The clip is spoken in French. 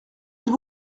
êtes